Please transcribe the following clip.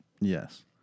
yes